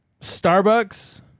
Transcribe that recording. Starbucks